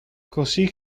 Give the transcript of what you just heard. così